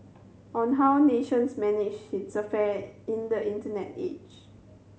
on how nations manage its affair in the Internet age